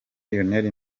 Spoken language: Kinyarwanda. lionel